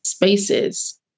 spaces